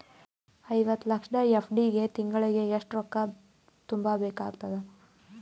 ಐವತ್ತು ಲಕ್ಷ ಎಫ್.ಡಿ ಗೆ ತಿಂಗಳಿಗೆ ಎಷ್ಟು ರೊಕ್ಕ ತುಂಬಾ ಬೇಕಾಗತದ?